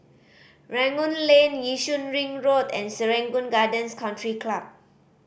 Rangoon Lane Yishun Ring Road and Serangoon Gardens Country Club